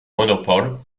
monopole